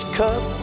cup